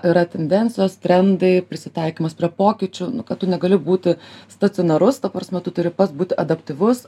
yra tendencijos trendai prisitaikymas prie pokyčių nu kad tu negali būti stacionarus ta prasme tu turi pats būti adaptyvus